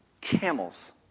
Camels